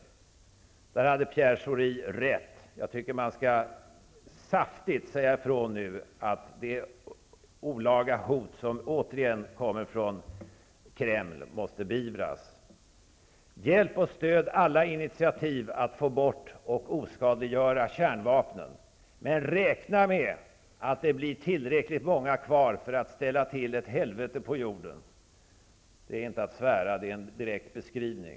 Pierre Schori hade rätt i fråga om detta. Jag tycker att man nu ''saftigt'' skall säga ifrån att det olaga hot som återigen kommer från Kreml måste beivras. Vi måste hjälpa och stödja alla initiativ att få bort och oskadliggöra kärnvapnen. Men räkna med att det blir tillräckligt många kvar för att ställa till ett helvete på jorden -- det är inte att svära, det är en direkt beskrivning.